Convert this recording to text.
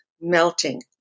melting